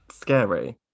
Scary